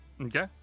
Okay